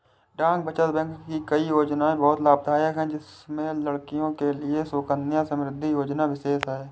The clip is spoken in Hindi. डाक बचत बैंक की कई योजनायें बहुत लाभदायक है जिसमें लड़कियों के लिए सुकन्या समृद्धि योजना विशेष है